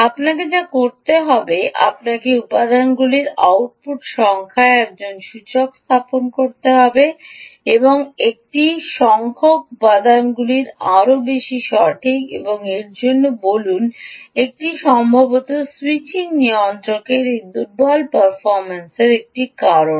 আপনাকে যা করতে হবে আপনাকে উপাদানগুলির আউটপুট সংখ্যায় একজন সূচক স্থাপন করতে হবে এটি একটি সংখ্যক উপাদানগুলির আরও বেশি সঠিক এবং এর জন্য বলুন এটি সম্ভবত স্যুইচিং নিয়ন্ত্রকের এই দুর্বল পারফরম্যান্সের একটি কারণ